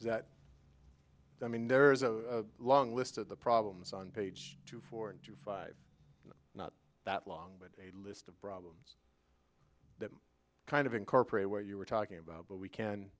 that i mean there's a long list of the problems on page two four and five not that long but a list of problems that kind of incorporate what you were talking about but we can